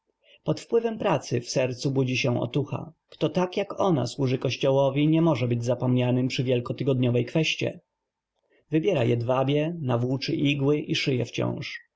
pod wpływem pracy w sercu budzi się otucha kto tak jak ona służy kościołowi nie może być zapomnianym przy wielkotygodniowej kweście wybiera jedwabie nawłóczy igły i szyje wciąż